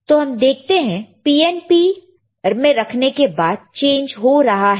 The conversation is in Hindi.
तो हम देखते हैं PNP रखने के बाद चेंज हो रहा है